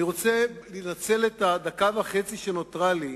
אני רוצה לנצל את הדקה וחצי שנותרה לי